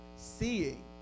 seeing